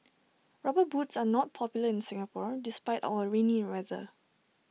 rubber boots are not popular in Singapore despite our rainy weather